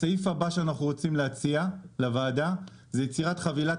הסעיף הבא שאנחנו רוצים להציע לוועדה זה יצירת חבילת